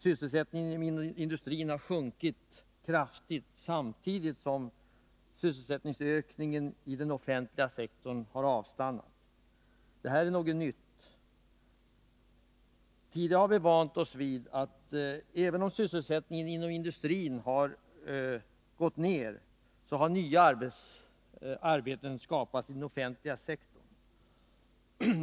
Sysselsättningen inom industrin har sjunkit kraftigt, samtidigt som sysselsättningsökningen i den offentliga sektorn har avstannat. Detta är något nytt. Tidigare har vi vant oss vid att även om sysselsättningen inom industrin har gått ner, så har nya arbeten skapats i den offentliga sektorn.